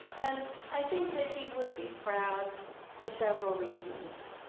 and i think that he would be proud for several reasons.